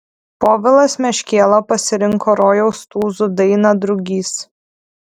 povilas meškėla pasirinko rojaus tūzų dainą drugys